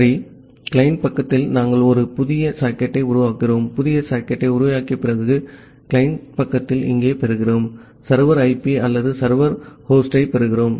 சரி கிளையன்ட் பக்கத்தில் நாங்கள் ஒரு புதிய சாக்கெட் டை உருவாக்குகிறோம் புதிய சாக்கெட் டை உருவாக்கிய பிறகு கிளையன்ட் பக்கத்தில் இங்கே பெறுகிறோம் சர்வர் ஐபி அல்லது சர்வர் ஹோஸ்டைப் பெறுகிறோம்